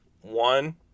One